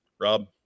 Rob